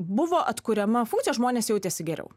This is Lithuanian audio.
buvo atkuriama funkcija žmonės jautėsi geriau